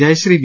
Jayashree V